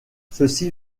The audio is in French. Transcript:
ceci